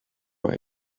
were